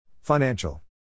Financial